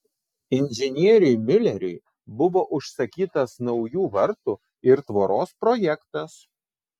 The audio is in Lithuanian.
inžinieriui miuleriui buvo užsakytas naujų vartų ir tvoros projektas